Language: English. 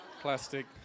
plastic